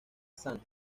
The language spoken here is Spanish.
sano